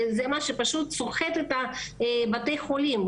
זה משהו שפשוט סוחט את בתי החולים.